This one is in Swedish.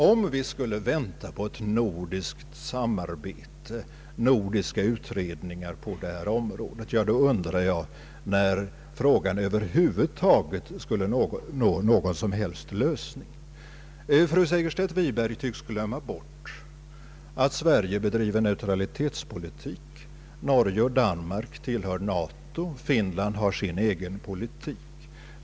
Om vi skulle vänta på ett nordiskt samarbete med nordiska utredningar på detta område, undrar jag när frågan över huvud taget skulle få någon som helst lösning. Fru Segerstedt Wiberg tycks glömma bort att Sverige bedriver neutralitetspolitik medan Norge och Danmark tillhör NATO och Finland har sin egen politik.